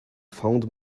found